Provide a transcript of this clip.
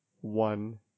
one